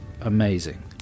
amazing